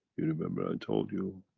you remember, i told you,